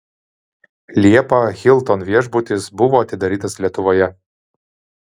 liepą hilton viešbutis buvo atidarytas lietuvoje